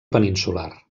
peninsular